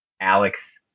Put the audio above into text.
Alex